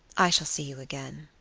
i shall see you again.